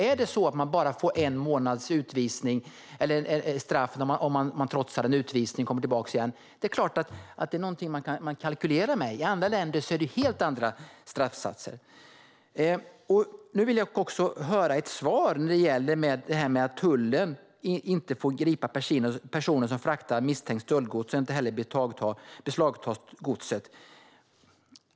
Är det så att man bara får en månads straff om man trotsar en utvisning och kommer tillbaka igen är det klart att det är någonting man kalkylerar med. I andra länder är det helt andra straffsatser. Nu vill jag också höra ett svar när det gäller det här med att tullen inte får gripa personer som fraktar misstänkt stöldgods och inte heller får beslagta godset.